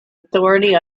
authority